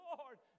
Lord